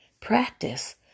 Practice